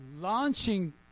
launching